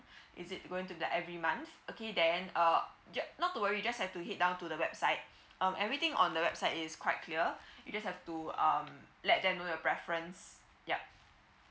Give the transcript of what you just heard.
is it going to like every month okay then uh yup not to worry just have to head down to the website um everything on the website is quite clear you just have to um let them know your preference yup